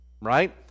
right